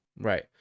right